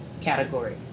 category